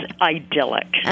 idyllic